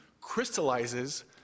crystallizes